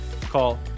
call